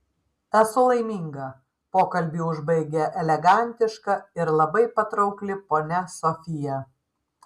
esu laiminga pokalbį užbaigė elegantiška ir labai patraukli ponia sofija